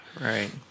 Right